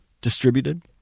distributed